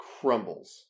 crumbles